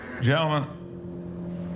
Gentlemen